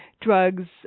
drugs